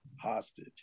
hostage